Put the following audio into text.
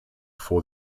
for